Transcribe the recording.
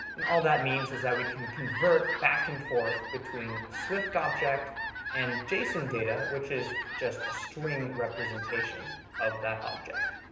and all that means is that we can convert back and forth between a swift object and json data, which is just a string representation of that object.